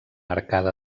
arcada